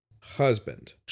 husband